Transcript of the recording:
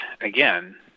again